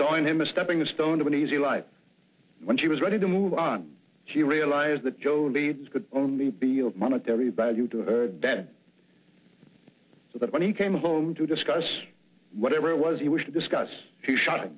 in him a stepping stone to an easy life when she was ready to move on she realized that jody could only be a monetary value to her that so that when he came home to discuss whatever it was he was discussed he shot